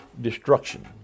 destruction